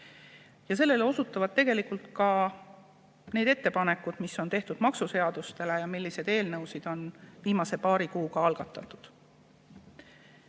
Sellele osutavad tegelikult ka need ettepanekud, mis on tehtud maksuseaduste kohta ja milliseid eelnõusid on viimase paari kuuga algatatud.